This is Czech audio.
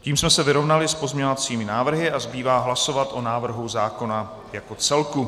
Tím jsme se vyrovnali s pozměňovacími návrhy a zbývá hlasovat o návrhu zákona jako celku.